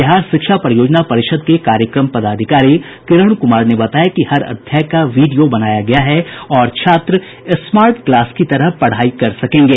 बिहार शिक्षा परियोजना परिषद के कार्यक्रम पदाधिकारी किरण कुमार ने बताया कि हर अध्याय का वीडियो बनाया गया है और छात्र स्मार्ट क्लास की ही तरह पढ़ाई कर सकेंगे